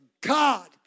God